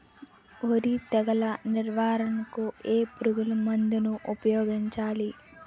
వరి తెగుల నివారణకు ఏ పురుగు మందు ను ఊపాయోగించలి?